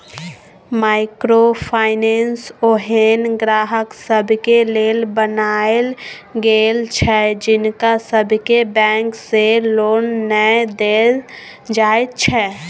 micro finance ओहेन ग्राहक सबके लेल बनायल गेल छै जिनका सबके बैंक से लोन नै देल जाइत छै